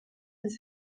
dix